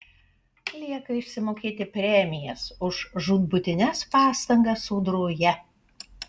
lieka išsimokėti premijas už žūtbūtines pastangas sodroje